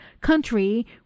country